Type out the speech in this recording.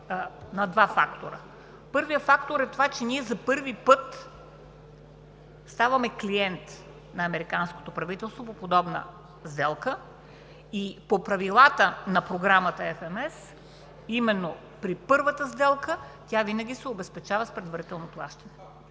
на два фактора. Първият фактор е това, че ние за първи път ставаме клиент на американското правителство по подобна сделка и по правилата на Програмата FMS, именно при първата сделка, тя винаги се обезпечава с предварително плащане.